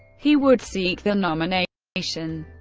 he would seek the nomination.